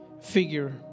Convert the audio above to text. figure